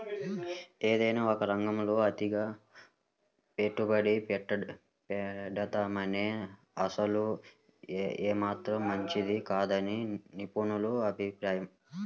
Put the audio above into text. ఏదైనా ఒకే రంగంలో అతిగా పెట్టుబడి పెట్టడమనేది అసలు ఏమాత్రం మంచిది కాదని నిపుణుల అభిప్రాయం